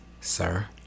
sir